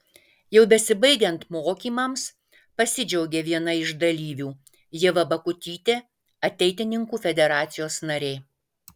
jau besibaigiant mokymams pasidžiaugė viena iš dalyvių ieva bakutytė ateitininkų federacijos narė